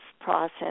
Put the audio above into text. process